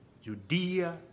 Judea